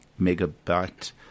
megabyte